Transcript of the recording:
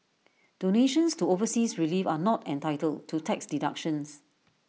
donations to overseas relief are not entitled to tax deductions